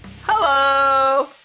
Hello